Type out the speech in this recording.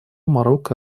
марокко